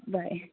bye